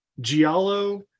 Giallo